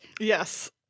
Yes